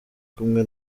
kumwe